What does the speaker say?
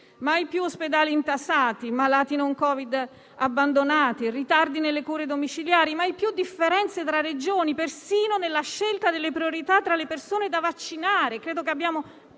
Mai più ospedali intasati, malati non Covid abbandonati, ritardi nelle cure domiciliari. Mai più differenze tra Regioni persino nella scelta delle priorità tra le persone da vaccinare